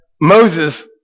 Moses